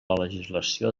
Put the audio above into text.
legislació